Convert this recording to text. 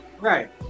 right